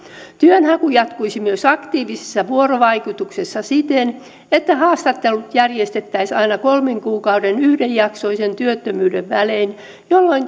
työnhaku jatkuisi myös aktiivisessa vuorovaikutuksessa siten että haastattelut järjestettäisiin aina kolmen kuukauden yhdenjaksoisen työttömyyden välein jolloin